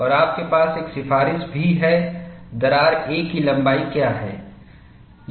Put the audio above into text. और आपके पास एक सिफारिश भी है दरार a की लंबाई क्या है